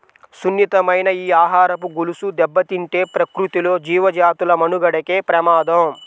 సున్నితమైన ఈ ఆహారపు గొలుసు దెబ్బతింటే ప్రకృతిలో జీవజాతుల మనుగడకే ప్రమాదం